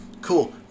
Cool